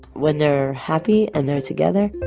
when they're happy and they're together,